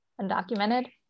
undocumented